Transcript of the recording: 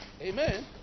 amen